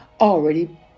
already